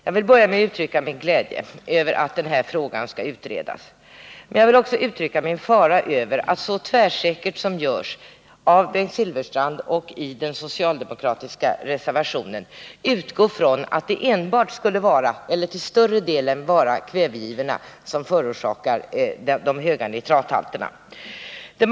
Jag vill uttrycka min glädje över att frågan skall utredas men också mina farhågor över att Bengt Silfverstrand och utskottets reservanter så tvärsäkert utgår från att det enbart eller till största delen skulle vara kvävegivorna som förorsakar de höga nitrathalterna.